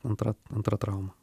antra antra trauma